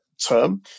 term